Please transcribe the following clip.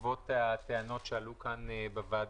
בעקבות הטענות שעלו כאן בוועדה,